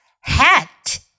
Hat